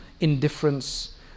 indifference